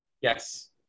Yes